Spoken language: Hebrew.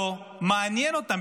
לא מעניין אותם.